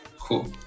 Cool